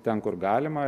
ten kur galima